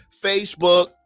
Facebook